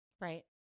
Right